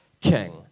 king